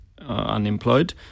unemployed